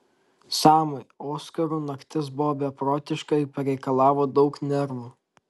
samui oskarų naktis buvo beprotiška ir pareikalavo daug nervų